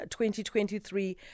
2023